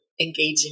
engaging